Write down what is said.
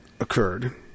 occurred